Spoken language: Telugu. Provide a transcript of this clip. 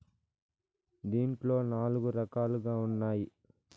దీంట్లో నాలుగు రకాలుగా ఉన్నాయి